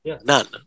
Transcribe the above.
None